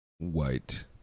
White